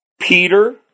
Peter